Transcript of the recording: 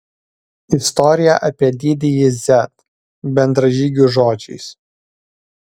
istorija apie didįjį z bendražygių žodžiais